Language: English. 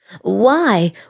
Why